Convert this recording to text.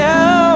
Now